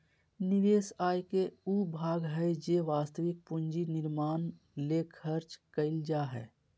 निवेश आय के उ भाग हइ जे वास्तविक पूंजी निर्माण ले खर्च कइल जा हइ